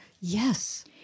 Yes